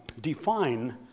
define